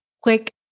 quick